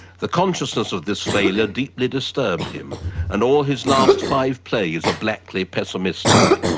the consciousness of this failure deeply disturbed him and all his last five plays are blackly pessimistic.